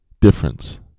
difference